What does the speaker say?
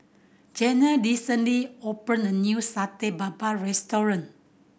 Janelle recently opened a new Satay Babat restaurant